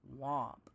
womp